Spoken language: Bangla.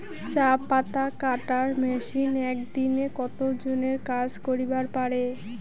চা পাতা কাটার মেশিন এক দিনে কতজন এর কাজ করিবার পারে?